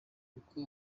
uko